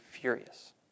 furious